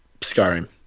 Skyrim